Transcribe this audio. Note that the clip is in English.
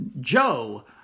Joe